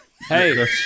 Hey